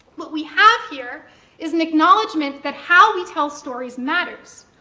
what we have here is an acknowledgement that how we tell stories matters.